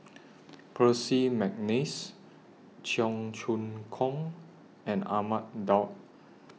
Percy Mcneice Cheong Choong Kong and Ahmad Daud